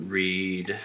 read